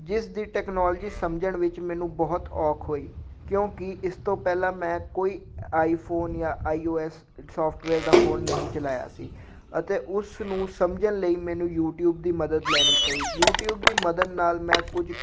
ਜਿਸ ਦੀ ਟੈਕਨੋਲੋਜੀ ਸਮਝਣ ਵਿੱਚ ਮੈਨੂੰ ਬਹੁਤ ਔਖ ਹੋਈ ਕਿਉਂਕਿ ਇਸ ਤੋਂ ਪਹਿਲਾਂ ਮੈਂ ਕੋਈ ਆਈਫੋਨ ਜਾਂ ਆਈ ਓ ਐਸ ਸਾਫਟਵੇਅਰ ਦਾ ਫੋਨ ਨਹੀਂ ਚਲਾਇਆ ਸੀ ਅਤੇ ਉਸ ਨੂੰ ਸਮਝਣ ਲਈ ਮੈਨੂੰ ਯੂਟੀਊਬ ਦੀ ਮਦਦ ਲੈਣੀ ਪਈ ਯੂਟੀਊਬ ਦੀ ਮਦਦ ਨਾਲ ਮੈਂ ਕੁਝ